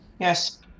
Yes